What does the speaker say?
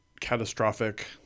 catastrophic